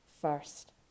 first